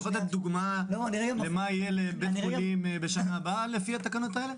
אתה יכול לתת דוגמה למה יהיה לבית חולים בשנה הבאה לפי התקנות האלה?